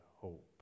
hope